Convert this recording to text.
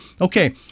okay